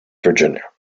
virginia